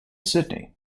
sydney